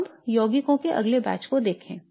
अब यौगिकों के अगले बैच को देखें